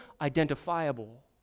identifiable